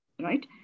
right